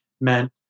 meant